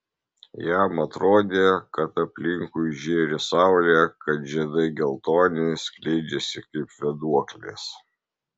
jam atrodė kad aplinkui žėri saulė kad žiedai geltoni skleidžiasi kaip vėduoklės